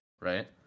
right